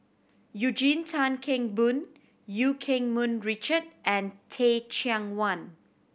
Eugene Tan Kheng Boon Eu Keng Mun Richard and Teh Cheang Wan